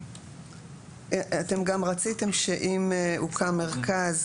אתם גם רציתם שאם הוקם מרכז,